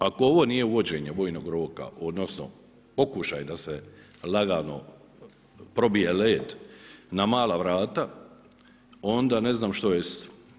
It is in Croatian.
Ako ovo nije uvođenje vojnog roka, odnosno pokušaj da se lagano probije led na mala vrata onda ne znam što jest.